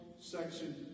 section